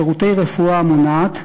שירותי רפואה מונעת,